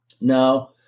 now